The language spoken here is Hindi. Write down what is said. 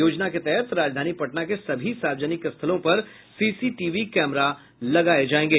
योजना के तहत राजधानी पटना के सभी सार्वजनिक स्थलों पर सीसीटीवी कैमरा लगाये जायेंगे